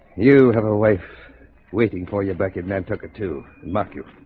you have a wife waiting for you back in nantucket to mock you